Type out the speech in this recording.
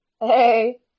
Hey